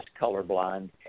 colorblind